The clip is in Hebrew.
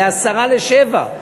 ל-06:50,